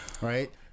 right